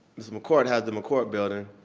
mr. mccourt had the mccourt building,